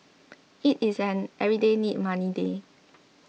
it is an everyday need money day